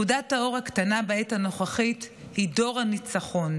נקודת האור הקטנה בעת הנוכחית היא דור הניצחון.